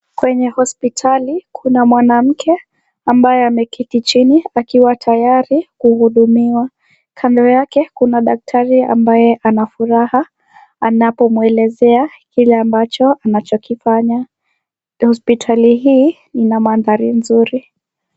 Kwenye hospitali kuna mwanamke ambaye ameketi chini akiwa tayari kuhudumiwa kando yake kuna daktari ambaye ana furaha anapomwelezea kile ambacho anachokifanya hospitali hii ina mandhari mzuri.